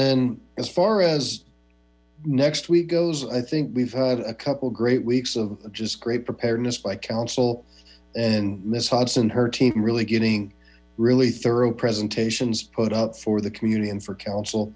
then as far as next goes i think we've had a couple great weeks of just great preparedness by council and miss hots and her team really getting really thorough presentations put up for the community and for coun